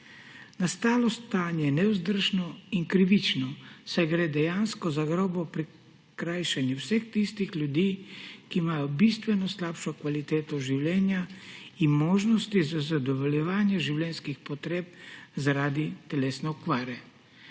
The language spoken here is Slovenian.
Nastalo stanje je nevzdržno in krivično, saj gre dejansko za grobo prikrajšanje vseh tistih ljudi, ki imajo bistveno slabšo kvaliteto življenja in možnosti za zadovoljevanje življenjskih potreb zaradi telesne okvare.